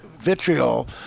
vitriol